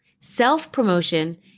Self-promotion